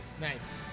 nice